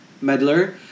medler